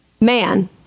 man